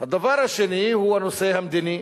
הדבר השני הוא הנושא המדיני: